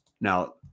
Now